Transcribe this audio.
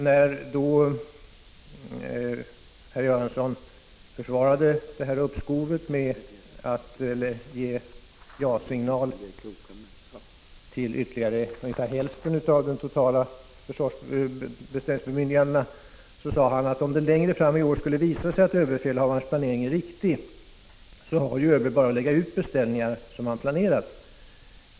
Herr Göransson försvarade då uppskovet med ja-signal till ytterligare ungefär hälfen av de totala beställningsbemyndigandena och sade: ”Om det längre fram i år skulle visa sig att överbefälhavarens planering är riktig, har ju ÖB bara att lägga ut de beställningar han planerat.